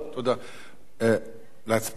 להצביע?